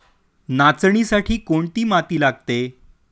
नाचणीसाठी कोणती माती लागते?